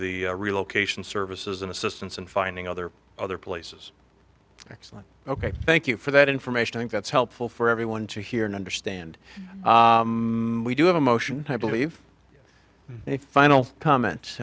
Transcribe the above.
the relocation services and assistance and finding other other places excellent ok thank you for that information i think that's helpful for everyone to hear and understand we do have a motion i believe a final comment